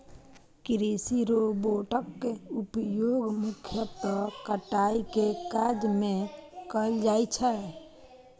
कृषि रोबोटक उपयोग मुख्यतः कटाइ के काज मे कैल जाइ छै